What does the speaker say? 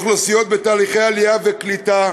אוכלוסיות בתהליכי עלייה וקליטה